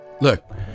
Look